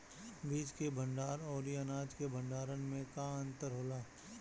बीज के भंडार औरी अनाज के भंडारन में का अंतर होला?